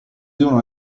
devono